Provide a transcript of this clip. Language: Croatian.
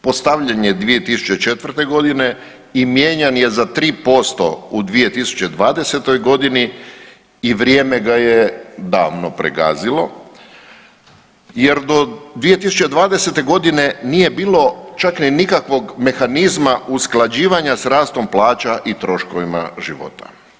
Postavljen je 2004. godine i mijenjan je za 3% u 2020. godini i vrijeme ga je davno pregazilo, jer do 2020. godine nije bilo čak ni nikakvog mehanizma usklađivanja s rastom plaća i troškovima života.